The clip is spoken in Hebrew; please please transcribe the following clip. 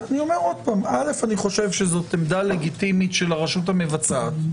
אני חושב שזו עמדה לגיטימית של הרשות המבצעת,